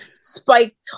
spiked